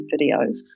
videos